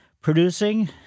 producing